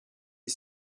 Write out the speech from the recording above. est